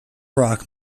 rock